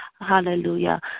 Hallelujah